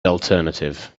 alternative